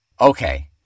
Okay